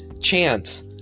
Chance